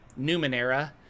Numenera